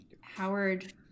Howard